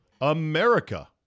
America